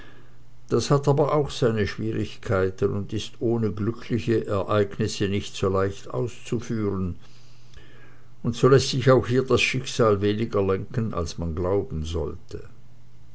das hat aber auch seine schwierigkeiten und ist ohne glückliche ereignisse nicht so leicht auszuführen und so läßt sich auch hier das schicksal weniger lenken als man glauben sollte